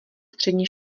střední